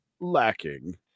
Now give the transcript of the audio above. lacking